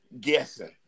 guessing